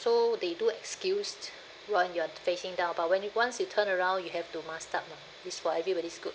so they do excused when you are facing down but when you once you turn around you have to mask up lah it's for everybody's good